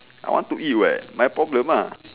I want to eat [what] my problem mah